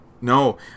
no